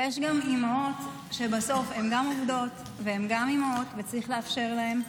יש אימהות שבסוף הן גם עובדות והן גם אימהות וצריך לאפשר להן.